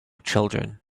children